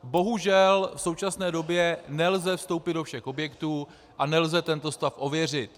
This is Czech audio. Bohužel v současné době nelze vstoupit do všech objektů a nelze tento stav ověřit.